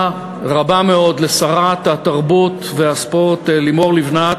רבה מאוד לשרת התרבות והספורט לימור לבנת,